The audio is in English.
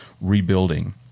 rebuilding